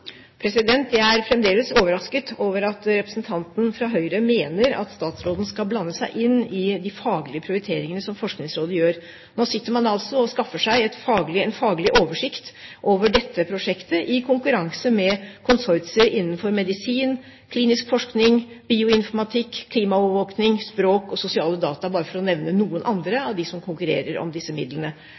Jeg er fremdeles overrasket over at representanten fra Høyre mener at statsråden skal blande seg inn i de faglige prioriteringene som Forskningsrådet gjør. Nå sitter man og skaffer seg en faglig oversikt over dette prosjektet i konkurranse med konsortier innenfor medisin, klinisk forskning, bioinformatikk, klimaovervåking, språk og sosiale data, bare for å nevne noen andre av dem som konkurrerer om disse midlene.